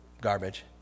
garbage